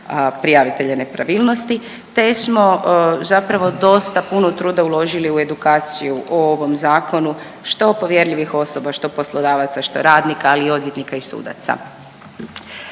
prijavitelja nepravilnosti, te smo zapravo dosta puno truda uložili u edukaciju o ovom zakonu što povjerljivih osoba, što poslodavaca, što radnika, ali i odvjetnika i sudaca.